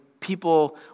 people